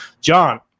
John